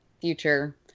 future